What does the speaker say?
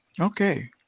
Okay